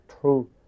true